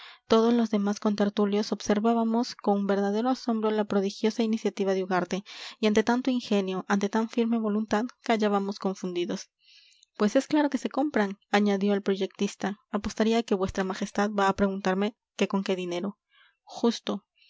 todos los demás contertulios observábamos con verdadero asombro la prodigiosa iniciativa de ugarte y ante tanto ingenio ante tan firme voluntad callábamos confundidos pues es claro que se compran añadió el proyectista apostaría a que vuestra majestad va a preguntarme que con qué dinero justo